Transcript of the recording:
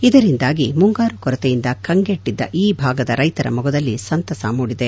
ಇದರಿಂದಾಗಿ ಮುಂಗಾರು ಕೊರತೆಯಿಂದ ಕಂಗೆಟ್ಟಿದ್ದ ಈ ಭಾಗದ ರೈತರ ಮೊಗದಲ್ಲಿ ಸಂತಸ ಮೂಡಿದೆ